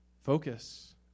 focus